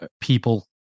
people